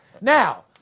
Now